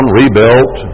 rebuilt